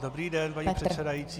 Dobrý den, paní předsedající.